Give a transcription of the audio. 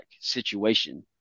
situation